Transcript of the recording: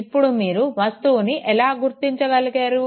ఇప్పుడు మీరు వస్తువుని ఎలా గుర్తించగలిగారు